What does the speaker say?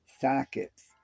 sockets